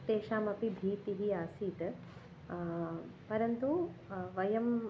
तेषामपि भीतिः आसीत् परन्तु वयम्